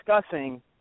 discussing